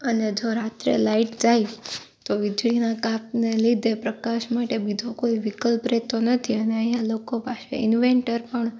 અને જો રાત્રે લાઇટ જાય તો વીજળીના કાપને લીધે પ્રકાશ માટે બીજો કોઈ વિકલ્પ રહેતો નથી અહીં લોકો પાસે ઇન્વેન્ટર પણ